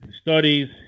Studies